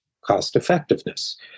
cost-effectiveness